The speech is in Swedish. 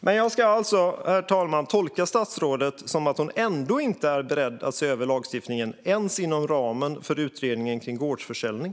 Ska jag alltså tolka statsrådet som att hon ändå inte är beredd att se över lagstiftningen ens inom ramen för utredningen av gårdsförsäljning?